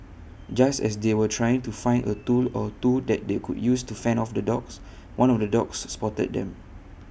just as they were trying to find A tool or two that they could use to fend off the dogs one of the dogs spotted them